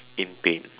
in pain